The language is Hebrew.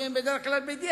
כי הם בדרך כלל בדיאטה,